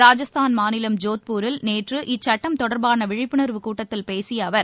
ராஜஸ்தான் மாநிலம் ஜோத்பூரில் நேற்று இச்சட்டம் தொடர்பான விழிப்புணர்வு கூட்டத்தில் பேசிய அவர்